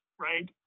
right